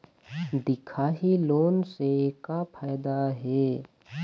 दिखाही लोन से का फायदा हे?